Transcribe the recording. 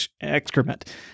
excrement